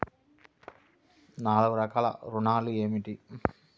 నాలుగు రకాల ఋణాలు ఏమిటీ?